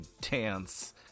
dance